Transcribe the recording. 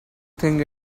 think